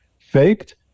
faked